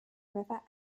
river